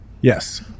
Yes